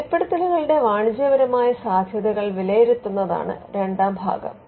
വെളിപ്പെടുത്തലുകളുടെ വാണിജ്യപരമായ സാധ്യതകൾ വിലയിരുത്തുന്നതാണ് രണ്ടാം ഭാഗം